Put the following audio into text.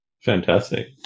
Fantastic